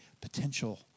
potential